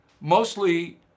Mostly